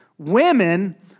women